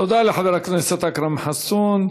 תודה לחבר הכנסת אכרם חסון.